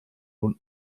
nun